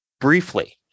briefly